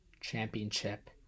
championship